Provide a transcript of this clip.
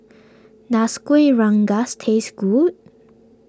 does Kueh Rengas taste good